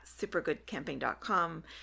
supergoodcamping.com